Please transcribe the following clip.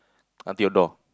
until door